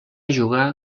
jugar